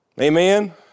Amen